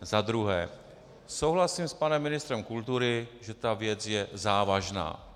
Za druhé, souhlasím s panem ministrem kultury, že ta věc je závažná.